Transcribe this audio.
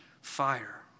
fire